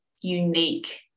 unique